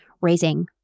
raising